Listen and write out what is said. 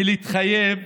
מלהתחייב,